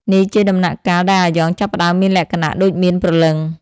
នេះជាដំណាក់កាលដែលអាយ៉ងចាប់ផ្តើមមានលក្ខណៈដូចមានព្រលឹង។